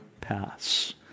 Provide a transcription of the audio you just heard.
paths